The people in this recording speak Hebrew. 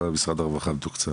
כמה משרד הרווחה מתוקצב.